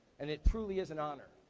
and it truly is an honor.